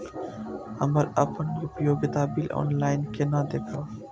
हम अपन उपयोगिता बिल ऑनलाइन केना देखब?